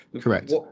Correct